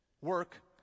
Work